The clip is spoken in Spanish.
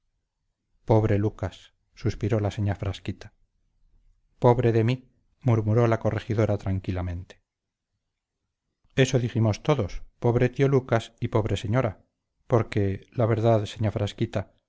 pobre lucas suspiró la señá frasquita pobre de mí murmuró la corregidora eso dijimos todos pobre tío lucas y pobre señora porque la verdad señá frasquita